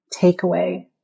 takeaway